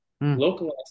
localized